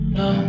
no